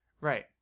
Right